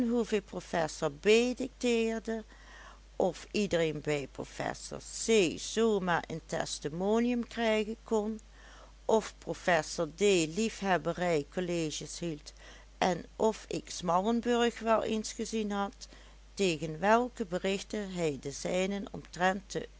dicteerde of iedereen bij prof c zoo maar een testimonium krijgen kon of prof d liefhebberij colleges hield en of ik smallenburg wel eens gezien had tegen welke berichten hij de zijnen omtrent